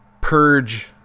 purge